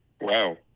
Wow